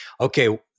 okay